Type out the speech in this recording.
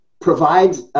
provides